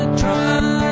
try